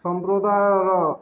ସମ୍ପ୍ରଦାୟର